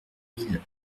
mille